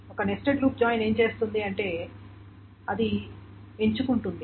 ఒక nested loop join ఏమి చేస్తుంది అంటే అది ఎంచుకుంటుంది